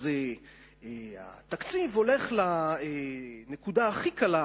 אז התקציב הולך לנקודה הכי קלה,